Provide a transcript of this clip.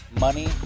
money